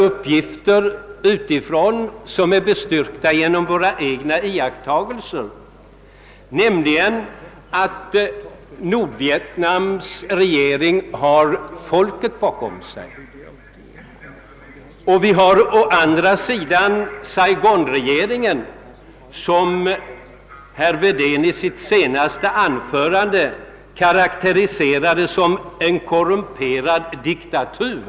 Uppgifterna som vi stöder oss på är bestyrkta genom våra egna iakttagelser, nämligen att Nordvietnams regering har folket bakom sig. Å andra sidan finns Saigon-regeringen, som herr Wedén i sitt senaste anföran de kritiserade som en korrumperad diktatur.